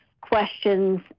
questions